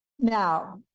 Now